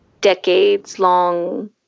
decades-long